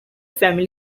family